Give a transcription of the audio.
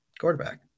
quarterback